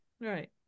Right